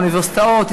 אוניברסיטאות,